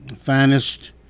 finest